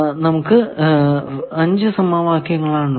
നമുക്ക് 5 സമവാക്യങ്ങൾ ആണ് ഉള്ളത്